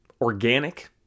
Organic